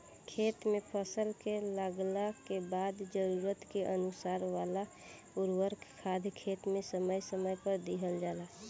खेत में फसल के लागला के बाद जरूरत के अनुसार वाला उर्वरक खादर खेत में समय समय पर दिहल जाला